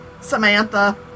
Samantha